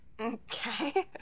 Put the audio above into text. Okay